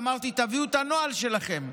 ואמרתי: תביאו את הנוהל שלכם.